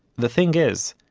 the thing is,